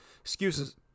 excuses